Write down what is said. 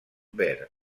ver